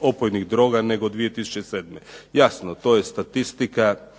opojnih droga nego 2007. Jasno to je statistika.